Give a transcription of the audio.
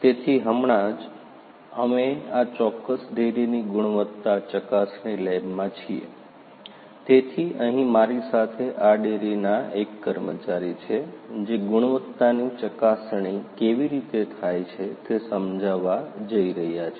તેથી હમણાં જ અમે આ ચોક્કસ ડેરીની ગુણવત્તા ચકાસણી લેબમાં છીએ તેથી અહીં મારી સાથે આ ડેરીનો એક કર્મચારી છે જે ગુણવત્તાની ચકાસણી કેવી રીતે થાય છે તે સમજાવવા જઇ રહ્યો છે